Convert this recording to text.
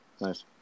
Nice